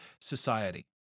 society